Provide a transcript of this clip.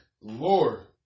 Lord